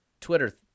Twitter